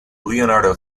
leonardo